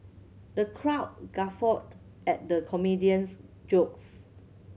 the crowd guffawed at the comedian's jokes